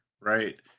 right